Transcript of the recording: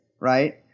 Right